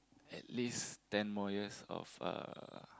at least ten more years of uh